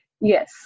yes